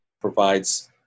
provides